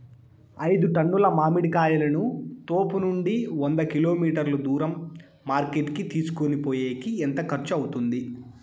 ఐదు టన్నుల మామిడి కాయలను తోపునుండి వంద కిలోమీటర్లు దూరం మార్కెట్ కి తీసుకొనిపోయేకి ఎంత ఖర్చు అవుతుంది?